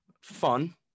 fun